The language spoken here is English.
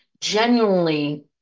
genuinely